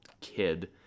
kid